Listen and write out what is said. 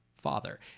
father